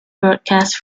broadcast